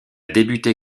débuté